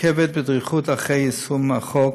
עוקבת בדריכות אחרי יישום החוק